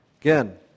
Again